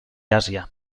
àsia